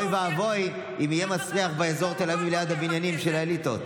אוי ואבוי אם יהיה מסריח באזור תל אביב ליד הבניינים של האליטות.